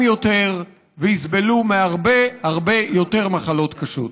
יותר ויסבלו מהרבה הרבה יותר ממחלות קשות.